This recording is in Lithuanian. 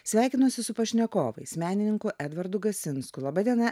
sveikinuosi su pašnekovais menininku edvardu gasinsku laba diena